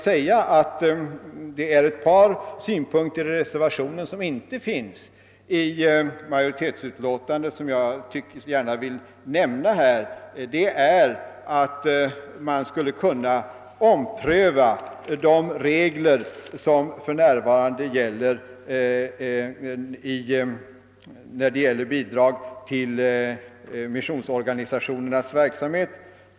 Men det är en synpunkt i reservationen som inte återfinns i majoritetsutlåtandet och som jag gärna vill nämna, nämligen att man skulle kunna ompröva de regler som för närvarande gäller för bidrag till missionsorganisationernas verksamhet.